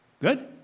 Good